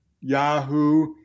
Yahoo